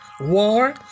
war